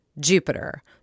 Jupiter